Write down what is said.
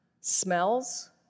smells